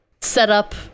setup